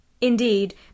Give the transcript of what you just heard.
Indeed